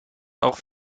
auch